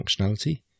functionality